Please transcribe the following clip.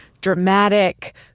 dramatic